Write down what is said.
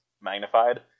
magnified